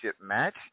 Match